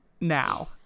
now